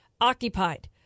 occupied